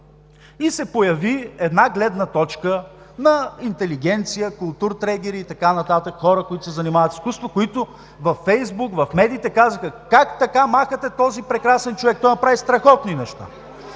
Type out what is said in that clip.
и се появи една гледна точка на интелигенция, културтрегери и така нататък – хора, които се занимават с изкуство, които във Фейсбук, в медиите казаха: „Как така махате този прекрасен човек? Той направи страхотни неща!“.